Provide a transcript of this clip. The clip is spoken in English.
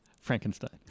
frankenstein